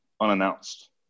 Unannounced